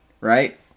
right